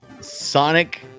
Sonic